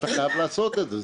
ואתה חייב לעשות את זה.